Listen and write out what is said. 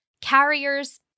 Carriers